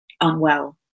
unwell